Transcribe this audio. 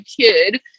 kid